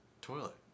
toilet